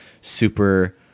super